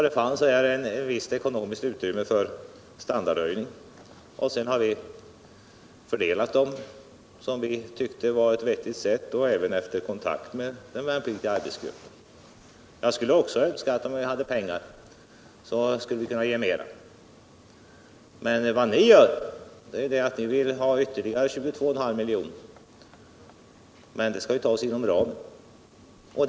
Det fanns här ett visst ekonomiskt utrymme för standardhöjning, och vi fördelade de pengarna på eu som vi tyckte vettigt sätt, efter kontakter med den värnpliktiga arbetsgruppen. Jag skulle också uppskatta om vi hade pengar så att vi kunde ge mera. Ni vill ju ha ytterligare 22 milj.kr., men det skall tas inom ramen.